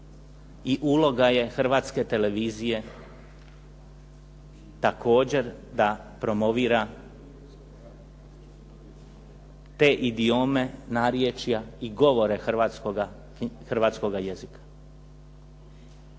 i uloga je Hrvatske televizije također da promovira te idiome, narječja i govore hrvatskoga jezika.